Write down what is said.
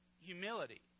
humility